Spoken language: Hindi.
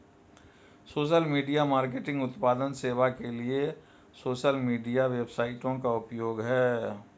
सोशल मीडिया मार्केटिंग उत्पाद सेवा के लिए सोशल मीडिया वेबसाइटों का उपयोग है